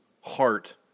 heart